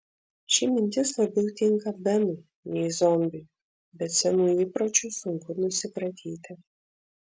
ši mintis labiau tinka benui nei zombiui bet senų įpročių sunku nusikratyti